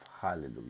hallelujah